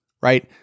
right